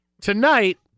Tonight